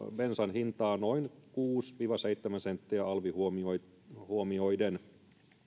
bensan hintaa noin kuusi viiva seitsemän senttiä alvi huomioiden